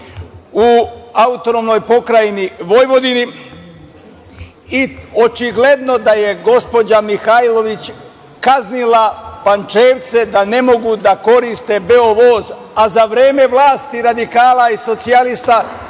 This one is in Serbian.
deo u AP Vojvodini i očigledno da je gospođa Mihajlović kaznila Pančevce da ne mogu da koriste Beovoz, a za vreme vlasti radikala i socijalista,